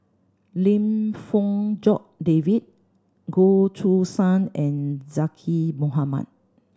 Lim Fong Jock David Goh Choo San and Zaqy Mohamad